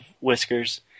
whiskers